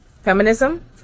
feminism